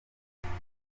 bavuga